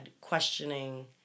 questioning